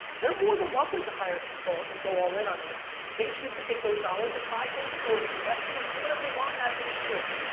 they're more than welcome to hire people and go all in on this. they choose to take those dollars and buy things or invested or do whatever they want as they should.